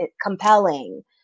compelling